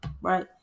right